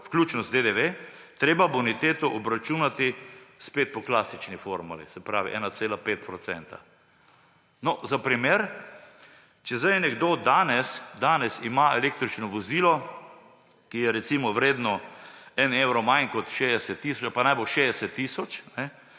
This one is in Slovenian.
vključno z DDV, treba boniteto obračunati spet po klasični formuli, se pravi 1,5 %. Za primer. Če ima nekdo danes električno vozilo, ki je recimo vredno en evro manj kot 60 tisoč, pa naj bo 60 tisoč,